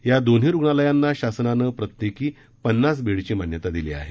या दोन्ही रुग्णालयांना शासनानं प्रत्येकी पन्नास बेडची मान्यता दिली आहे